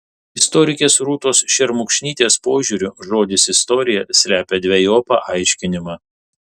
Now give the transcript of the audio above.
istorikės rūtos šermukšnytės požiūriu žodis istorija slepia dvejopą aiškinimą